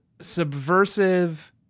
subversive